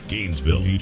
Gainesville